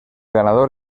ganador